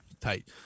tight